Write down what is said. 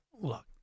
look